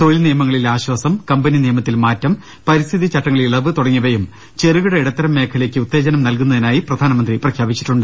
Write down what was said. തൊഴിൽ നിയമങ്ങളിൽ ആശ്വാസം കമ്പനി നിയമത്തിൽ മാറ്റം പരിസ്ഥിതി ചട്ടങ്ങളിൽ ഇളവ് തുടങ്ങി യവയും ചെറുകിട ഇടത്തരം മേഖലയ്ക്ക് ഉത്തേജനം നകുന്നതിനായി പ്രധാ നമന്ത്രി പ്രഖ്യാപിച്ചു